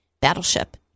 Battleship